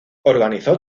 organizó